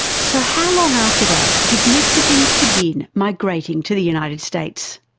so how long after that did mexicans begin migrating to the united states?